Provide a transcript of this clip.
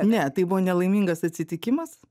ne tai buvo nelaimingas atsitikimas